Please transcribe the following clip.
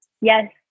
Yes